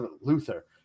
Luther